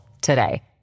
today